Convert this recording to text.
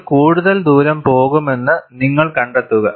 ഇത് കൂടുതൽ ദൂരം പോകുമെന്നു നിങ്ങൾ കണ്ടെത്തുക